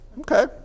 okay